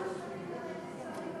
שרת המשפטים,